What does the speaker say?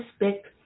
respect